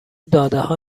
دادهها